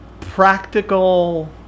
practical